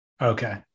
Okay